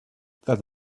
that